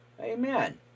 amen